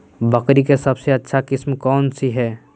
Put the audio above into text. बकरी के सबसे अच्छा किस्म कौन सी है?